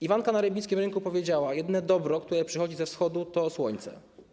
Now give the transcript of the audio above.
Ivanka na rybnickim rynku powiedziała: Jedyne dobro, które przychodzi ze wschodu, to słońce.